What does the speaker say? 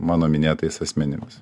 mano minėtais asmenimis